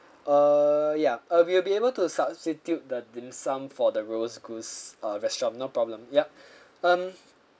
err yeah uh we'll be able to substitute the dim sum for the roast goose uh restaurant no problem yup um